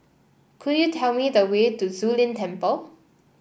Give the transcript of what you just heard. could you tell me the way to Zu Lin Temple